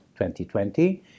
2020